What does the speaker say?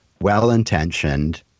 well-intentioned